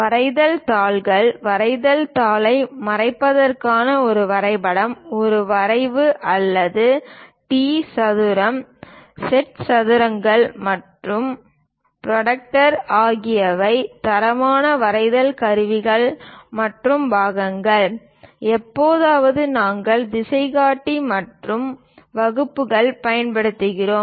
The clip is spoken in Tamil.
வரைதல் தாள்கள் வரைதல் தாளை மறைப்பதற்கான ஒரு வரைபடம் ஒரு வரைவு அல்லது டி சதுரம் செட் சதுரங்கள் மற்றும் புரோட்டாக்டர் ஆகியவை தரமான வரைதல் கருவிகள் மற்றும் பாகங்கள் எப்போதாவது நாங்கள் திசைகாட்டி மற்றும் வகுப்பிகள் பயன்படுத்துகிறோம்